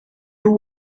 two